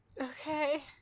okay